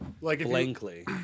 blankly